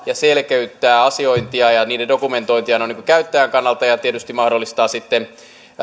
ja selkeyttää asiointia ja dokumentointia käyttäjän kannalta ja tietysti mahdollistaa sitten